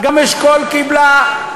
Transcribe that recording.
גם אשכול קיבלה,